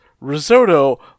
Risotto